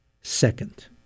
Second